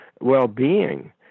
well-being